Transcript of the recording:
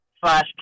slash